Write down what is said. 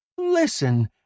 Listen